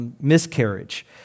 miscarriage